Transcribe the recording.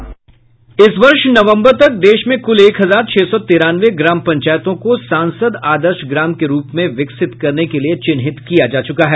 इस वर्ष नवंबर तक देश में कुल एक हजार छह सौ तिरानवे ग्राम पंचायतों को सांसद आदर्श ग्राम के रूप में विकसित करने के लिए चिन्हित किया जा चुका है